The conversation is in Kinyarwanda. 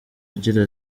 agira